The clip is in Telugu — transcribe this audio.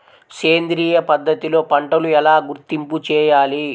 సేంద్రియ పద్ధతిలో పంటలు ఎలా గుర్తింపు చేయాలి?